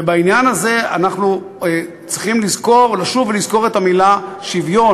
ובעניין הזה אנחנו צריכים לשוב ולזכור את המילה שוויון.